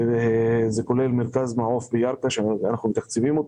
זה כולל מרכז מעוף בירקא אותו אנחנו מתקצבים.